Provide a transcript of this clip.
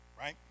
right